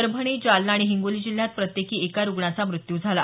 परभणी जालना आणि हिंगोली जिल्ह्यात प्रत्येकी एका रुग्णाचा मृत्यू झाला